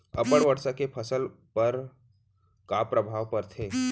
अब्बड़ वर्षा के फसल पर का प्रभाव परथे?